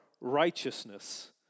righteousness